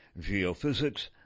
geophysics